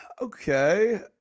okay